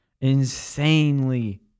Insanely